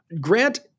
Grant